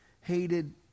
hated